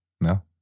No